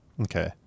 Okay